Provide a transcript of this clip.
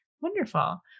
Wonderful